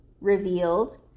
revealed